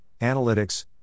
analytics